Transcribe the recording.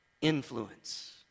influence